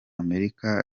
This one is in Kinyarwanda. amerika